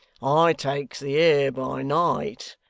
i takes the air by night,